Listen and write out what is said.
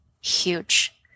huge